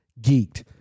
geeked